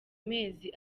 mezi